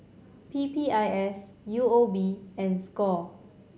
P P I S U O B and score